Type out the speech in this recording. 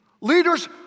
Leaders